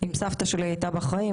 אם סבתא שלי הייתה בחיים,